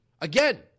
Again